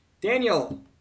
Daniel